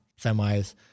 semis